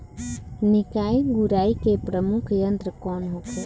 निकाई गुराई के प्रमुख यंत्र कौन होखे?